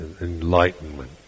enlightenment